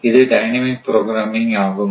இது dynamic programming ஆகும்